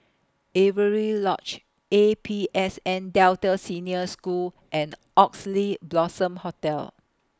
Avery Lodge A P S N Delta Senior School and Oxley Blossom Hotel